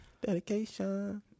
dedication